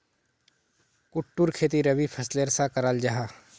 कुट्टूर खेती रबी फसलेर सा कराल जाहा